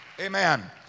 Amen